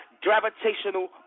gravitational